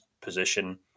position